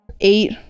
eight